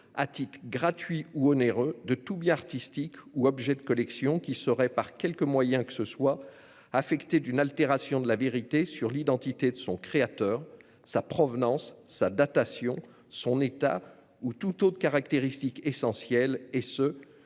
à titre gratuit ou onéreux, de tout bien artistique ou objet de collection qui serait, par quelque moyen que ce soit, affecté d'une altération de la vérité sur l'identité de son créateur, sa provenance, sa datation, son état ou toute autre caractéristique essentielle, et ce